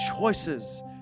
choices